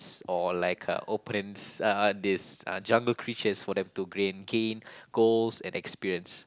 or like uh opponents uh this uh jungle creatures for them to grain gain golds and experience